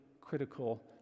critical